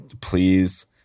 please